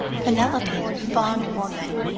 penelope, fond woman,